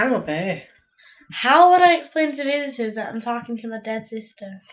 um how would i explain to visitors that i'm talking to my dead sister?